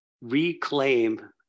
reclaim